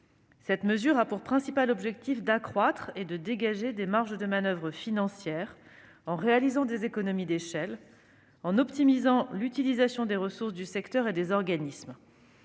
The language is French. Cette mesure a pour principal objectif d'accroître et de dégager des marges de manoeuvre financières en réalisant des économies d'échelle et en optimisant l'utilisation des ressources du secteur et des organismes.